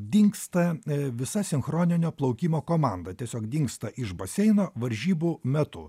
dingsta visa sinchroninio plaukimo komanda tiesiog dingsta iš baseino varžybų metu